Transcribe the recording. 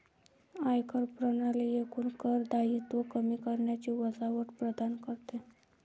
आयकर प्रणाली एकूण कर दायित्व कमी करणारी वजावट प्रदान करते